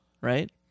right